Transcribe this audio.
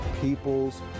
people's